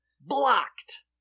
Blocked